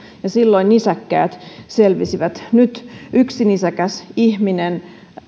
silloin nisäkkäät selvisivät nyt yksi nisäkäs ihminen